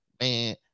man